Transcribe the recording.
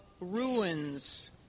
ruins